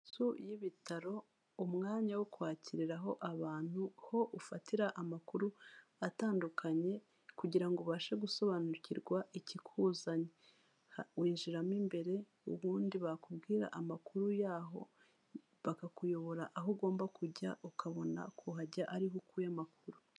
Inzu y'ibitaro, umwanya wo kwakiriraho abantu, ho ufatira amakuru atandukanye, kugirango ubashe gusobanukirwa ikikuzanye. Winjiramo imbere ubundi bakubwira amakuru yaho, bakakuyobora aho ugomba kujya, ukabona kuhajya ariho ukuye amakuru.